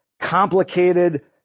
complicated